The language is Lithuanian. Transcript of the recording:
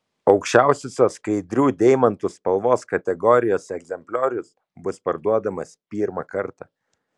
aukščiausios skaidrių deimantų spalvos kategorijos egzempliorius bus parduodamas pirmą kartą